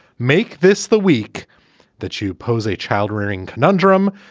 make this the week that you pose a child rearing conundrum.